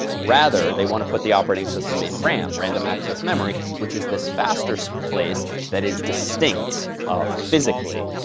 rather they want to put the operating system in ram, random access memory, which is this faster speed so place that is distinct, um physically,